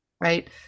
right